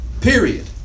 Period